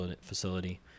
facility